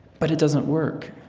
but it doesn't work,